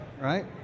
right